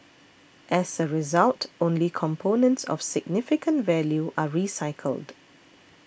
as a result only components of significant value are recycled